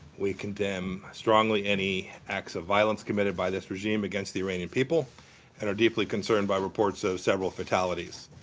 we condemn strongly any acts of violence committed by this regime against the iranian people and are deeply concerned by reports of several fatalities.